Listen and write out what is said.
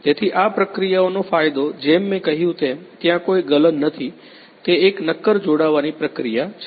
તેથી આ પ્રક્રિયાનો ફાયદો જેમ મેં કહ્યું તેમ ત્યાં કોઈ ગલન નથી તે એક નક્કર જોડાવાની પ્રક્રિયા છે